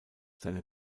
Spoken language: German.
seine